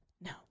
no